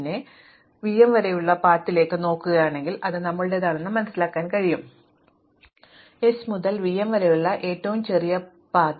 പിന്നെ ഞാൻ v m വരെയുള്ള പാതയിലേക്ക് നോക്കുകയാണെങ്കിൽ ഇത് നമ്മുടേതാണ് s മുതൽ v m വരെയുള്ള ഏറ്റവും ചെറിയ പാത